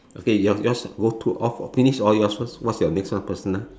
okay your yours go to all finish all yours first what's your next one personal